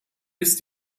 ist